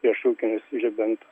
priešrūkinius žibintu